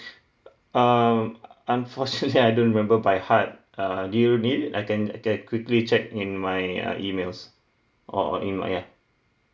err unfortunately I don't remember by heart uh do you need it I can I can quickly check in my uh emails or in my uh